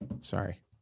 Sorry